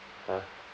!huh!